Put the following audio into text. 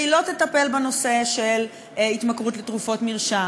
והוא לא יטפל בנושא של התמכרות לתרופות מרשם,